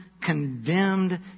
condemned